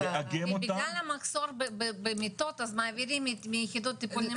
בגלל המחסור במיטות אז מעבירים מיחידות טיפול נמרץ.